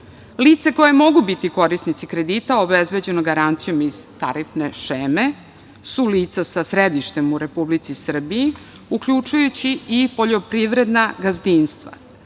koja mogu biti korisnici kredita obezbeđenog garancijom iz tarifne šeme su lica sa sedištem u Republici Srbiji, uključujući i poljoprivredna gazdinstva